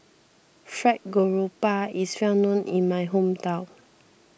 Fried Garoupa is well known in my hometown